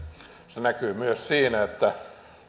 se näkyy myös siinä että